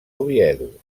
oviedo